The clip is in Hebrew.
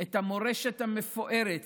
את המורשת המפוארת